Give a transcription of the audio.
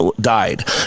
died